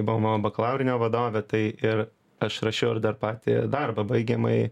buvo mano bakalaurinio vadovė tai ir aš rašiau ir dar patį darbą baigiamąjį